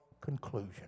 conclusion